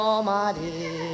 Almighty